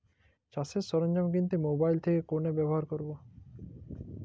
চাষের সরঞ্জাম কিনতে মোবাইল থেকে কোন অ্যাপ ব্যাবহার করব?